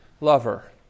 lover